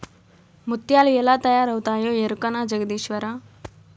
ముత్యాలు ఎలా తయారవుతాయో ఎరకనా జగదీశ్వరా